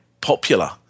popular